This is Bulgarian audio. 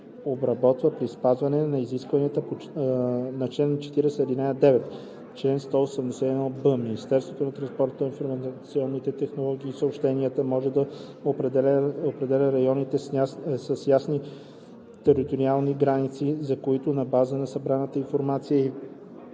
обработва при спазване на изискванията на чл. 40, ал. 9. Чл. 181б. Министерството на транспорта, информационните технологии и съобщенията може да определя райони с ясни териториални граници, за които на базата на събраната информация и